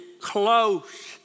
close